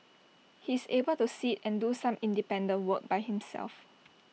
he's able to sit and do some independent work by himself